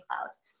clouds